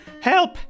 help